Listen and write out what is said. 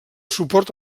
suport